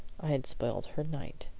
i had spoilt her night.